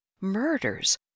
murders